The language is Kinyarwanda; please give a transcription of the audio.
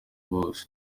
hose